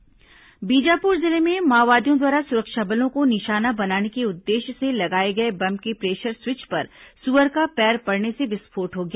माओवादी वारदात बीजापुर जिले में माओवादियों द्वारा सुरक्षा बलों को निशाना बनाने के उद्देश्य से लगाए गए बम के प्रेशर स्वीच पर सुअर का पैर पड़ने से विस्फोट हो गया